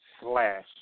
slash